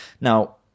now